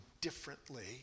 differently